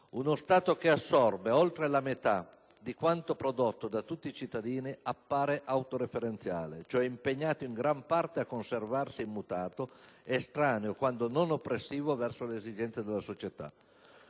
Uno Stato che assorbe oltre la metà di quanto prodotto da tutti i cittadini appare autoreferenziale, cioè impegnato in gran parte a conservarsi immutato, estraneo quando non oppressivo verso le esigenze della società.